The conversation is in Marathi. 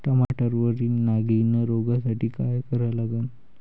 टमाट्यावरील नागीण रोगसाठी काय करा लागन?